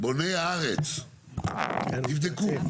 בוני הארץ, תבדקו.